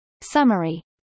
Summary